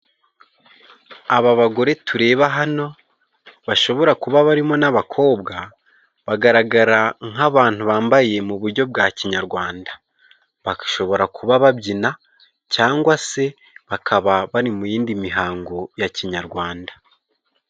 Aba bagore tureba hano bashobora kuba barimo n'abakobwa. Bagaragara nk'abantu bambaye mu bujyo bwa kinyarwanda. Bashobora kuba babyina cyangwa se bakaba bari mu yindi mihango ya kinyarwanda.